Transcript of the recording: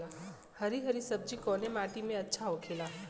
हरी हरी सब्जी कवने माटी में अच्छा होखेला?